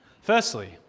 Firstly